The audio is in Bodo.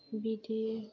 बिदि